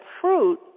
fruit